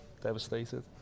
Devastated